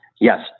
Yes